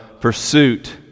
pursuit